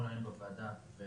את